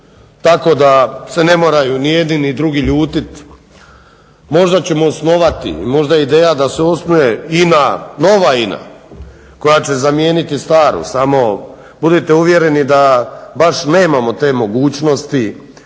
tako da se ne moraju ni jedni ni drugi ljutiti. Možda ćemo osnovati, možda je ideja da se osnuje Ina, nova Ina koja će zamijeniti staru samo budite uvjereni da baš nemamo te mogućnosti